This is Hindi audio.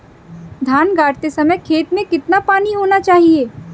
धान गाड़ते समय खेत में कितना पानी होना चाहिए?